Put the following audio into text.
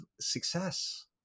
success